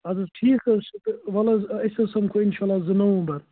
اَدٕ حظ ٹھیٖک حظ چھُ تہٕ وَلہٕ حظ أسۍ حظ سَمٛکھو اِنشاءاللہ زٕ نومبر